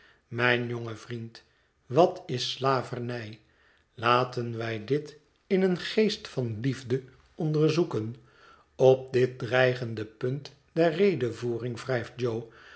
mijn jonge vriend wat is slavernij laten wij dit in een geest van liefde onderzoeken op dit dreigende punt der redevoering wrijft jo